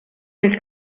nel